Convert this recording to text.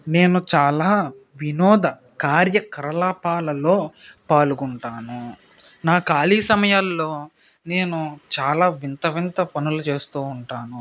నేను చాలా వినోద కార్యకలాపాలలో పాల్గొంటాను నా ఖాళీ సమయంలో నేను చాలా వింత వింత పనులు చేస్తు ఉంటాను